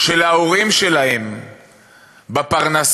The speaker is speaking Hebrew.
של ההורים שלהם בפרנסים,